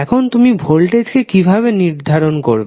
এখন তুমি ভোল্টেজকে কিভাবে নির্ধারণ করবে